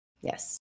yes